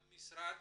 גם המשרד